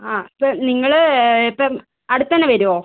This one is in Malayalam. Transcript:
ആ ഇപ്പോൾ നിങ്ങൾ ഇപ്പം അടുത്തുതന്നെ വരുവോ